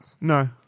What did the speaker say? No